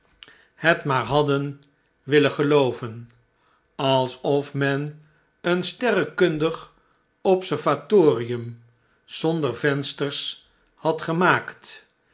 het maar hadden willen gelooven alsof men een sterrenkundig observatorium zonder vensters had gemaakt